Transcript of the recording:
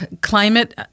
climate